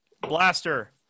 blaster